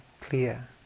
clear